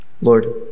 Lord